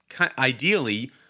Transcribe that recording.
ideally